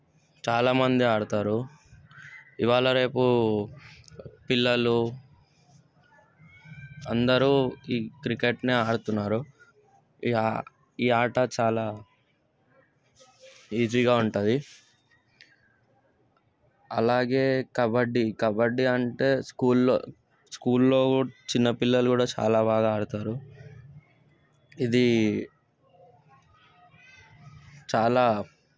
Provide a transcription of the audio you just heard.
చాలామంది ఆడతారు ఇవాళ రేపు పిల్లలు అందరూ ఈ క్రికెట్నే ఆడుతున్నారు ఇక ఈ ఆట చాలా ఈజీగా ఉంటుంది అలాగే కబడ్డీ కబడ్డీ అంటే స్కూల్లో స్కూల్లో చిన్న పిల్లలు కూడా చాలా బాగా ఆడతారు ఇది చాలా